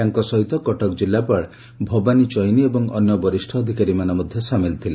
ତାଙ୍କ ସହିତ କଟକ ଜିଲ୍ଲାପାଳ ଭବାନୀ ଚଇନି ଏବଂ ଅନ୍ୟ ବରିଷ୍ଡ ଅଧିକାରୀମାନେ ମଧ୍ଧ ସାମିଲ ଥିଲେ